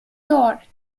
york